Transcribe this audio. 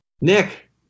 Nick